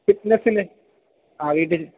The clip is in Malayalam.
ഫിറ്റ്നസ്സിന് ആ വീട്ടിൽ